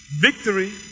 Victory